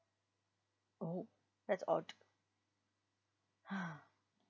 oh that's odd